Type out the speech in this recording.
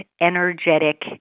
energetic